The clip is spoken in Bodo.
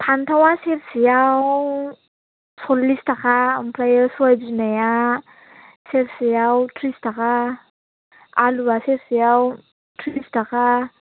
फान्थावआ सेरसेयाव सललिस थाखा ओमफ्राय सबाय बिमाया सेरसेयाव थ्रिस थाखा आलुवा सेरसेयाव थ्रिस थाखा